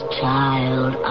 child